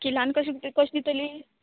किलान कशें कशें दितली